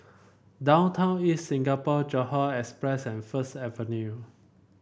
Downtown East Singapore Johore Express and First Avenue